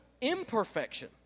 imperfection